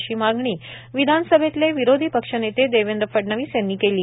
अशी मागणी विधानसभेतले विरोधी पक्षनेते देवेंद्र फडनवीस यांनी केली